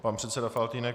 Pan předseda Faltýnek.